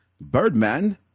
Birdman